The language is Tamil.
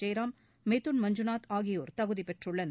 ஜெயராம் மிதூன் மஞ்சுநாத் ஆகியோர் தகுதிப்பெற்றுள்ளனர்